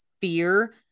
fear